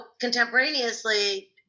contemporaneously